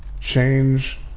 change